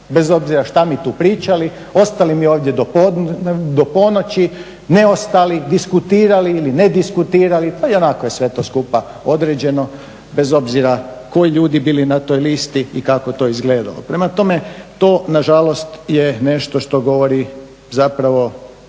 bez obzira što mi tu pričali, ostali mi ovdje do ponoći, ne ostali, diskutirali ili ne diskutirali pa ionako je sve to skupa određeno bez obzira koji ljudi bili na toj listi i kako to izgledalo. Prema tome, to nažalost je nešto što govori zapravo